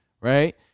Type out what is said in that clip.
right